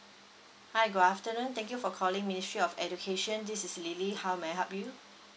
hi good afternoon thank you for calling ministry of education this is lily how may I help you